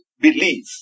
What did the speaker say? believe